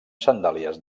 sandàlies